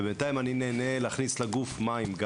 ובינתיים אני נהנה להכניס לגוף מים.